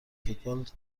فوتبال